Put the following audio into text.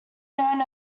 known